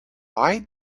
why